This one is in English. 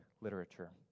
literature